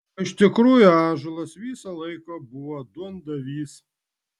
o iš tikrųjų ąžuolas visą laiką buvo duondavys